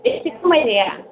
एसे खमायजाया